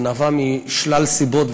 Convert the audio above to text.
זה נבע משלל סיבות,